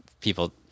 people